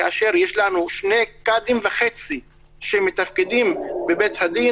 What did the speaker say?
כאשר יש לנו שני קאדים וחצי שמתפקדים בבית הדין.